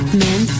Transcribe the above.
men